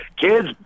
kids